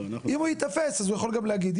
אם הוא ייתפס אז הוא יכול גם להגיד.